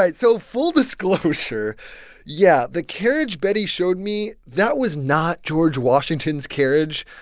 like so full disclosure yeah, the carriage betty showed me that was not george washington's carriage.